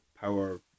power